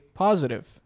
positive